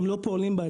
שהם לא פועלים בה,